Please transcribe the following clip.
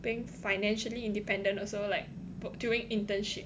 being financially independent also like during internship